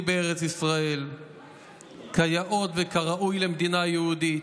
בארץ ישראל כיאות וכראוי למדינה היהודית,